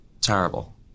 terrible